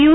you